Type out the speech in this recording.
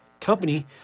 company